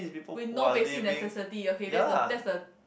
with no basic necessity ok that's the that's the